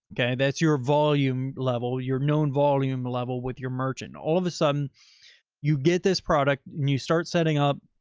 okay. that's your volume level, your known volume level with your merchant? all of a sudden you get this product, you start setting up.